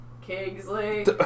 Kingsley